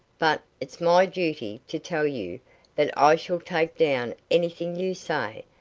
but it's my duty to tell you that i shall take down anything you say,